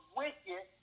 wicked